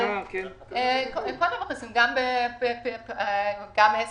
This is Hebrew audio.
גם יש בזה